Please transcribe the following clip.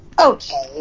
Okay